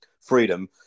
freedom